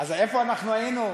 אז איפה היינו?